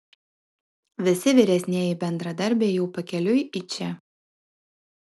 visi vyresnieji bendradarbiai jau pakeliui į čia